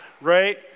right